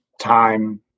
time